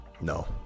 No